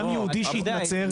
גם יהודי שהתנצר,